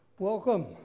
Welcome